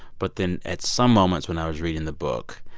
but then at some moments when i was reading the book,